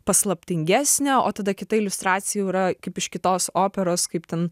paslaptingesnė o tada kita iliustracija jau yra kaip iš kitos operos kaip ten